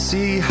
See